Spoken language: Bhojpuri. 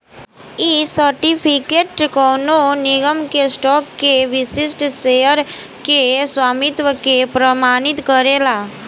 इ सर्टिफिकेट कवनो निगम के स्टॉक के विशिष्ट शेयर के स्वामित्व के प्रमाणित करेला